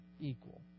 equal